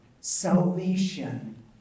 salvation